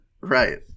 right